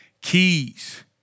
keys